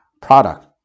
product